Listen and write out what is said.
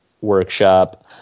workshop